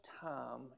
time